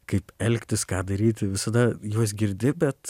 kaip elgtis ką daryti visada juos girdi bet